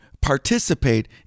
participate